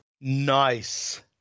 Nice